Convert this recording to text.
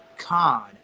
con